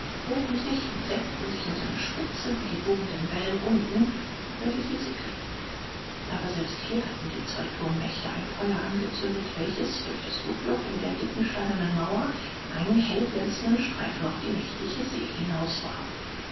hoben sich und senkten sich um seine spitze wie die wogenden wellen unten über die sie segelten aber selbst hier hatten die zwei turmwächter ein feuer angezündet welches durch das guckloch in der dicken steinernen mauer einen hellglänzenden streifen auf die nächtliche see